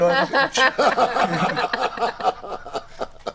בפסקה (15),